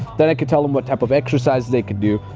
then i could tell them what type of exercise they could do,